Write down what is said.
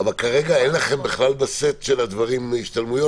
--- אבל כרגע אין לכם בכלל בסט של הדברים השתלמויות?